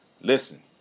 Listen